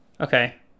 Okay